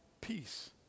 peace